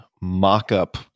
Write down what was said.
mock-up